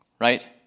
right